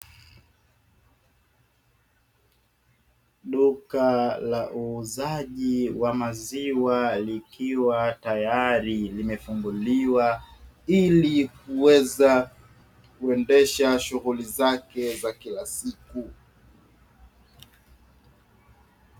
Duka la uuzaji wa maziwa likiwa tayari limefunguliwa, ili kuweza kuendesha shughuli zake za kila siku.